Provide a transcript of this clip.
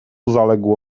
zaległo